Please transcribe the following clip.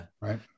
right